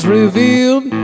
revealed